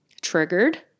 triggered